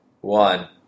one